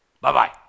Bye-bye